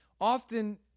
Often